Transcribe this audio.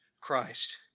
Christ